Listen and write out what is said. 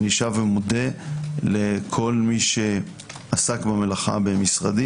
אני שב ומודה לכל מי שעסק במלאכה במשרדי